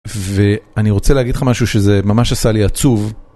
ואני רוצה להגיד לך משהו שזה ממש עשה לי עצוב.